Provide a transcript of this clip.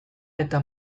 eta